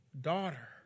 Daughter